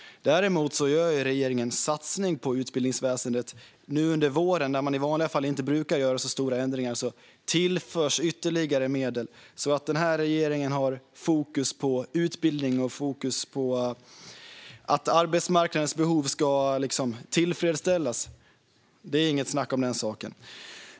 Däremot gör regeringen en satsning på utbildningsväsendet och tillför ytterligare medel nu under våren, då man i vanliga fall inte brukar göra så stora ändringar. Den här regeringen har fokus på utbildning och på att arbetsmarknadens behov ska tillfredsställas. Det är inget snack om den saken.